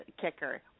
kicker